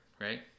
right